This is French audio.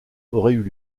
auraient